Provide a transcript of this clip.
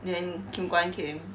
then kin guan came